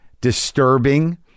disturbing